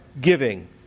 giving